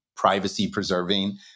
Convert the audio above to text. privacy-preserving